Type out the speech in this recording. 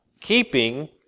keeping